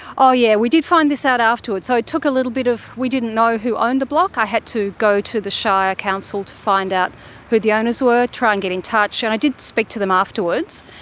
oh yeah, we did find this out afterwards. so it took a little bit of, we didn't know who owned the block, i had to go to the shire council to find out who the owners were, try and get in touch, and i did speak to them afterwards.